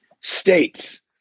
states